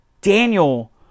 Daniel